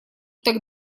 так